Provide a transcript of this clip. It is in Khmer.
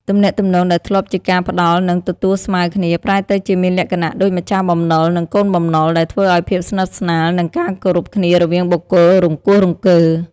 ទំនាក់ទំនងដែលធ្លាប់ជាការផ្ដល់ និងទទួលស្មើគ្នា ប្រែទៅជាមានលក្ខណៈដូចម្ចាស់បំណុល និងកូនបំណុល ដែលធ្វើឲ្យភាពស្និទ្ធស្នាល និងការគោរពគ្នារវាងបុគ្គលរង្គោះរង្គើ។